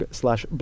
slash